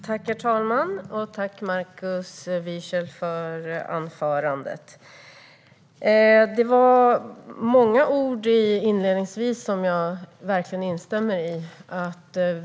Herr talman! Jag tackar Markus Wiechel för anförandet. Det var många ord inledningsvis som jag verkligen instämmer i.